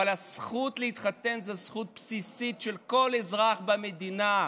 אבל הזכות להתחתן זאת זכות בסיסית של כל אזרח במדינה,